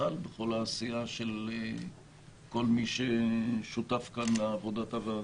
ובכלל בכל העשייה של כל מי ששותף כאן לעבודת הוועדה.